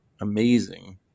amazing